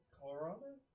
Colorado